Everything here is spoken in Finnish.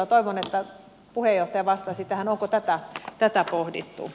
toivon että puheenjohtaja vastaisi tähän onko tätä pohdittu